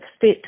fit